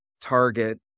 target